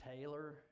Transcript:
Taylor